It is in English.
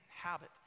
habit